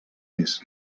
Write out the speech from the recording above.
més